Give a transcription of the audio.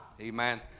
Amen